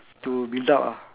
to build up ah